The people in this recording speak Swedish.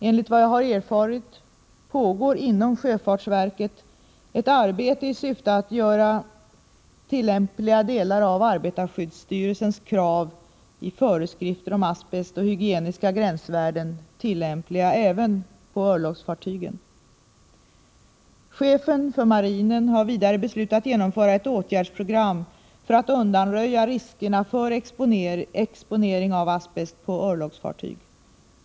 Enligt vad jag har erfarit pågår inom sjöfartsverket ett arbete i syfte att göra tillämpliga delar av arbetarskyddsstyrelsens krav i föreskrifter om asbest och hygieniska gränsvärden tillämpliga även på örlogsfartygen. Chefen för marinen har vidare beslutat genomföra ett åtgärdsprogram för att undanröja riskerna för exponering av asbest på örlogsfartyg.